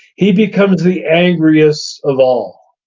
he becomes the angriest of all.